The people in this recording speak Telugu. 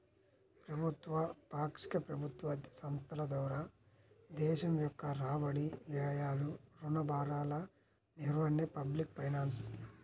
ప్రభుత్వ, పాక్షిక ప్రభుత్వ సంస్థల ద్వారా దేశం యొక్క రాబడి, వ్యయాలు, రుణ భారాల నిర్వహణే పబ్లిక్ ఫైనాన్స్